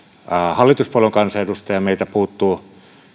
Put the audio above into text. hallituspuolueen kansanedustaja meiltä puuttuvat